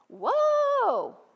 Whoa